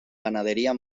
ganadería